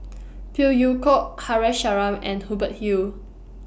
Phey Yew Kok Haresh Sharma and Hubert Hill